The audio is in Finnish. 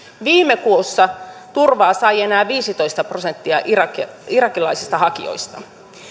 viime kuussa turvaa sai enää viisitoista prosenttia irakilaisista irakilaisista hakijoista